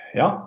ja